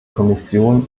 kommission